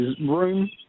room